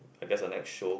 I guess a next show